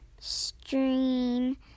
stream